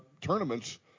tournaments